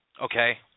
Okay